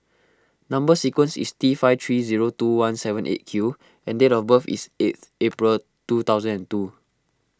Number Sequence is T five three zero two one seven eight Q and date of birth is eighth April two thousand and two